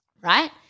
right